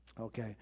Okay